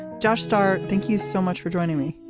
josh starr thank you so much for joining me.